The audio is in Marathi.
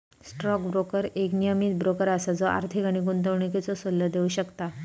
स्टॉक ब्रोकर एक नियमीत ब्रोकर असा जो आर्थिक आणि गुंतवणुकीचो सल्लो देव शकता